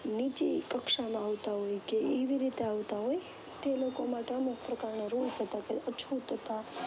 નીચી કક્ષામાં આવતા હોય કે એવી રીતે આવતા હોય તે લોકો માટે અમુક પ્રકારના રૂલ્સ હતાં જે અછુત હતાં